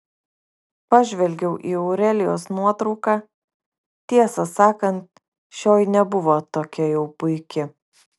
pažvelgiau į aurelijos nuotrauką tiesą sakant šioji nebuvo tokia jau puiki